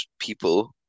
people